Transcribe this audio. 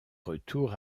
retour